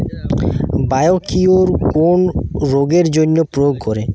Biocure কোন রোগেরজন্য প্রয়োগ করে?